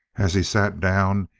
as he sat down,